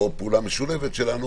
או פעולה משולבת שלנו